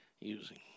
using